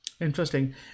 Interesting